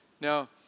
Now